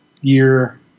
year